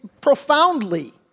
profoundly